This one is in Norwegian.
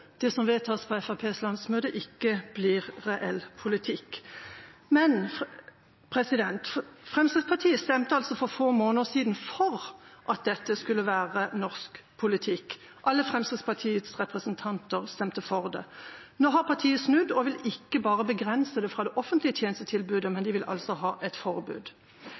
det som vedtas på Fremskrittspartiets landsmøte, ikke blir reell politikk. Og så stemte Fremskrittspartiet altså for få måneder siden for at dette skulle være norsk politikk. Alle Fremskrittspartiets representanter stemte for det. Nå har partiet snudd og vil ikke bare begrense det fra det offentlige tjenestetilbudet, men de vil altså ha et forbud.